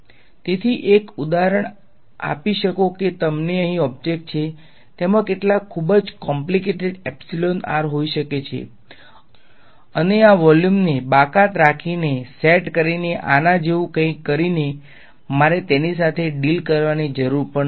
તેથી એક ઉદાહરણ આપી શકો કે તમને અહીં ઓબ્જેક્ટ છે તેમાં કેટલાક ખૂબ જ કોપ્લીકેટેડ એપ્સીલોન r હોઈ શકે છે અને આ વોલ્યુમને બાકાત રાખીને સેટ કરીને આના જેવું કંઈક કરીને મારે તેની સાથે ડીલ કરવાની જરૂર પણ નથી